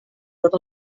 tot